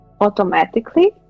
automatically